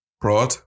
Broad